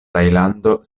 tajlando